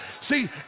See